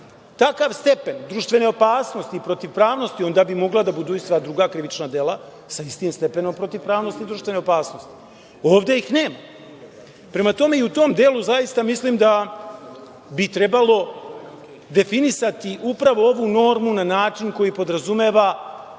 takav stepen društvene opasnosti i protivpravnosti, onda bi mogla da budu i sva druga krivična dela sa istim stepenom protivpravnosti društvene opasnosti. Ovde ih nema. Prema tome, i u tom delu zaista mislim da bi trebalo definisati upravo ovu normu na način koji podrazumeva